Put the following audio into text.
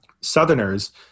southerners